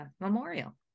Memorial